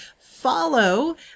follow